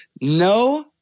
No